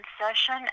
session